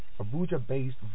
Abuja-based